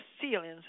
ceilings